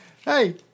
Hey